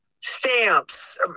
stamps